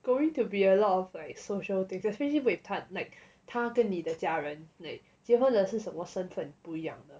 going to be a lot of like social things especially with 他 like 他跟你的家人 like 结婚了是什么身份不一样的